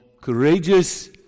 courageous